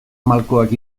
malkoak